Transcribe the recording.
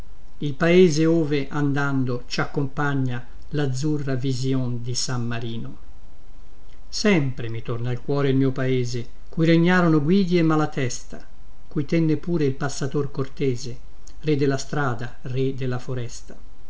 il paese ove andando ci accompagna lazzurra vision di san marino sempre mi torna al cuore il mio paese cui regnarono guidi e malatesta cui tenne pure il passator cortese re della strada re della foresta